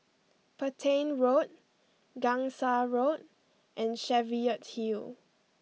Petain Road Gangsa Road and Cheviot Hill